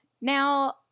now